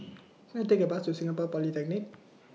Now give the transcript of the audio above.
Can I Take A Bus to Singapore Polytechnic